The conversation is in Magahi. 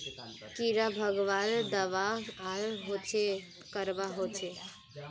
कीड़ा भगवार बाद आर कोहचे करवा होचए?